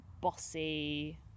bossy